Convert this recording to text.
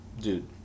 dude